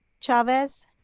chavez,